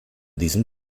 diesem